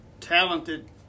talented